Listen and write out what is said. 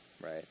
right